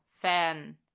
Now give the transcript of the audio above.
fan